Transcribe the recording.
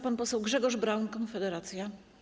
Pan poseł Grzegorz Braun, Konfederacja.